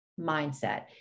mindset